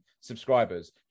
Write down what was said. subscribers